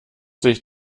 sich